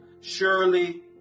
surely